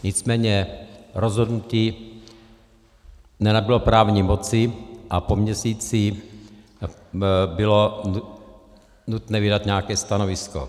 Nicméně rozhodnutí nenabylo právní moci a po měsíci bylo nutné vydat nějaké stanovisko.